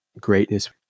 greatness